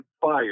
fired